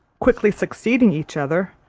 quickly succeeding each other,